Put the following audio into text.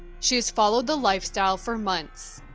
she has followed the lifestyle for months.